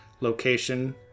location